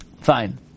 Fine